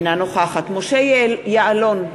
אינה נוכחת משה יעלון,